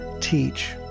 teach